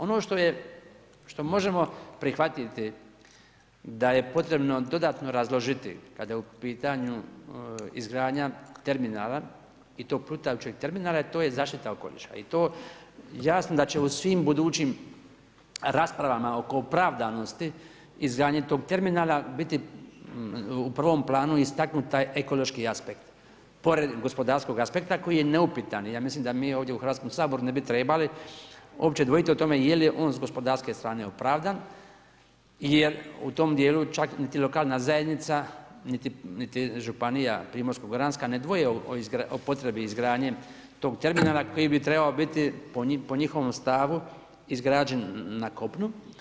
Ono što možemo prihvatiti da je potrebno dodatno razložiti kada je u pitanju izgradnja terminala i to plutajućeg terminala to je zaštita okoliša i to jasno da će u svim budućim raspravama oko opravdanosti izgradnje tog terminala biti u prvom planu istaknuta ekološki aspekt pored gospodarskog aspekta koji je neupitan i ja mislim da mi ovdje u Hrvatskom saboru ne bi trebali uopće dvojiti o tome jeli on s gospodarske strane opravdan jel u tom dijelu čak niti lokalna zajednica niti županija Primorsko-goranska ne dvoje o potrebi izgradnje tog terminala koji bi trebao biti po njihovom stavu izgrađen na kopnu.